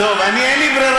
טוב, אני, אין לי ברירה.